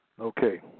Okay